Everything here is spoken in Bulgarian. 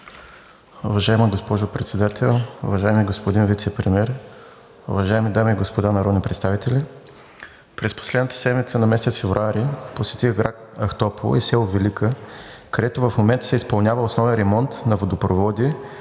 Уважаема госпожо Председател, уважаеми господин Вицепремиер, уважаеми дами и господа народни представители! През последната седмица на месец февруари посетих град Ахтопол и село Велика, където в момента се изпълнява основен ремонт на водопроводи